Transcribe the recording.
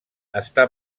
està